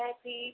यहाँके